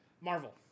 Marvel